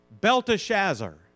Belteshazzar